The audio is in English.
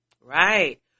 Right